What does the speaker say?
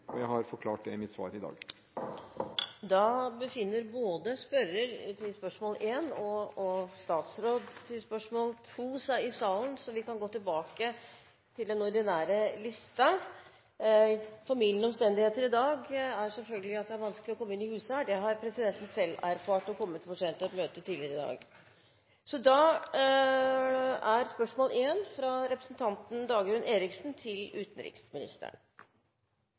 Jeg har forklart det i mitt svar i dag. Da befinner både spørrer til spørsmål 1 og statsråd til spørsmål 2 seg i salen, så vi kan derfor gå tilbake til den ordinære listen. Formildende omstendigheter i dag er selvfølgelig at det er vanskelig å komme inn i huset. Det har presidenten selv erfart da hun kom for sent til et møte tidligere i dag. Spørsmål 1, fra representanten Dagrun Eriksen, går til utenriksministeren.